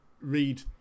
read